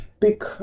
pick